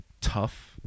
Tough